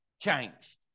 changed